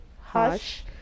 hush